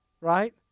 right